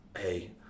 hey